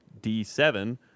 D7